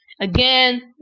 Again